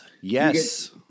yes